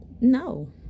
no